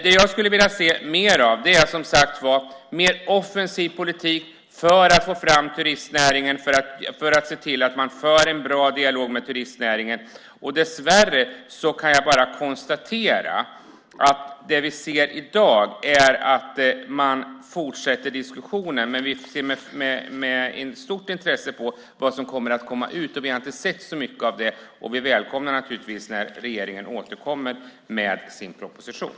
Det jag skulle vilja se är en mer offensiv politik för att få fram turistnäringen, för att se till att man för en bra dialog med turistnäringen. Dessvärre kan jag bara konstatera att det vi ser i dag är att man fortsätter diskussionen. Vi ser med stort intresse fram emot vad som kommer att komma ut. Vi har inte sett så mycket av det, och vi välkomnar det naturligtvis när regeringen återkommer med sin proposition.